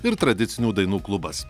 ir tradicinių dainų klubas